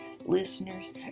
listeners